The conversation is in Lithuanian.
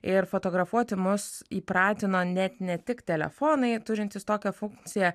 ir fotografuoti mus įpratino net ne tik telefonai turintys tokią funkciją